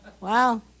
Wow